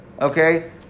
okay